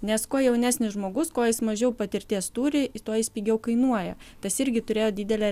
nes kuo jaunesnis žmogus juo jis mažiau patirties turi tuo jis pigiau kainuoja tas irgi turėjo didelę